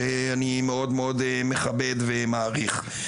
שאני מאוד מאוד מכבד ומעריך.